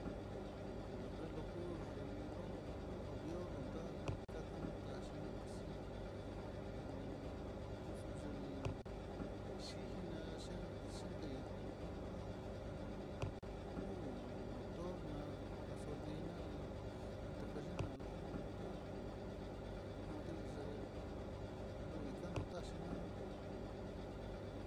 Xhilo ujun yelon kuaviolon ta ikaka nota'a xhinoxhi lu tuc xhijinan xhiteñan tuku há kuu lo'o motor na'a gasolina li'i tajallina lon ta'a nate ye'é loika notaxhina.